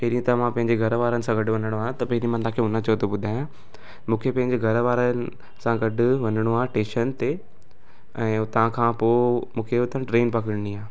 पहिरीं त मां पंहिंजे घर वारनि सां गॾु वञिणो आहे त पहिरीं मां तव्हांखे हुनजो थो ॿुधायां मूंखे पंहिंजे घर वारनि सां गॾु वञिणो आहे टेशन ते ऐं हुतां खां पोइ मूंखे हुतां ट्रेन पकिड़नी आहे